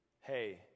Hey